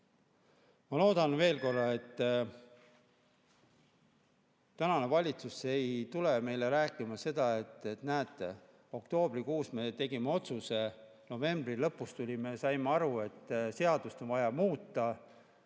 Ma loodan, ütlen veel korra, et tänane valitsus ei tule meile rääkima seda, et näete, oktoobrikuus me tegime otsuse, novembri lõpus saime aru, et seadust on vaja muuta,